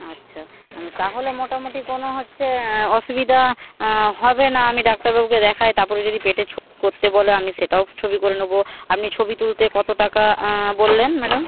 আচ্ছা তাহলে মোটামোটি কোনো হচ্ছে অসুবিধা হবে না আমি ডাক্তারবাবুকে দেখাই তাপরে যদি পেটে ছবি করতে বলে আমি সেটাও ছবি করে নেবো আপনি ছবি তুলতে কত টাকা বললেন ম্যাডাম